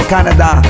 Canada